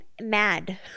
mad